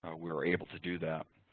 ah we were able to do that.